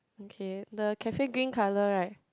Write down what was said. okay the cafe green colour right